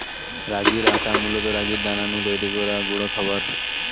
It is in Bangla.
রাগির আটা মূলত রাগির দানা নু তৈরি গুঁড়া খাবার